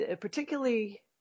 particularly